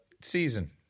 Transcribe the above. Season